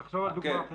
תחשוב על דוגמה אחרת.